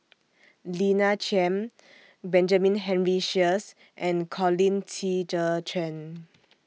Lina Chiam Benjamin Henry Sheares and Colin Qi Zhe Quan